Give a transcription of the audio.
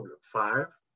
Five